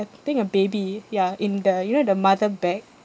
I think a baby ya in the you know the mother back